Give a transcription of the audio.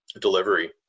delivery